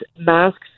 masks